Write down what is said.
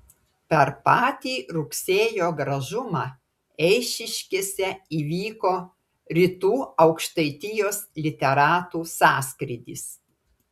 per patį rugsėjo gražumą eišiškėse įvyko rytų aukštaitijos literatų sąskrydis